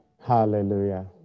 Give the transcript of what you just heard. Hallelujah